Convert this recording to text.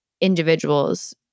individuals